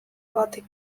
batek